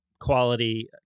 quality